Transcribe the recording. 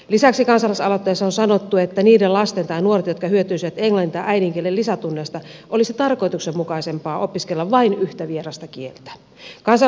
lisäksi kansalaisaloitteessa on sanottu että niiden lasten tai nuorten jotka hyötyisivät englannin tai äidinkielen lisätunneista olisi tarkoituksenmukaisempaa opiskella vain yhtä vierasta kieltä